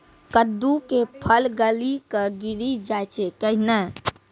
कददु के फल गली कऽ गिरी जाय छै कैने?